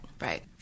Right